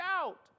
out